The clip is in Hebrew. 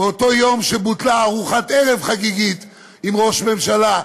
ביום שבו בוטלה ארוחת ערב חגיגית עם ראש הממשלה,